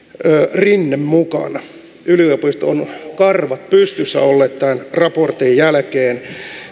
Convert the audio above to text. rinne mukana yliopistot ovat karvat pystyssä olleet tämän raportin jälkeen